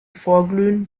vorglühen